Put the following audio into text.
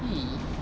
!ee!